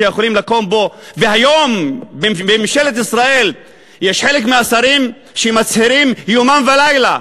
שיכולים לקום בו והיום בממשלת ישראל חלק מהשרים מצהירים יומם ולילה: